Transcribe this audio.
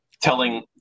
telling